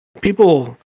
People